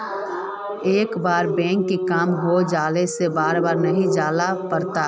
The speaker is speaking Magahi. एक बार बैंक के काम होबे जाला से बार बार नहीं जाइले पड़ता?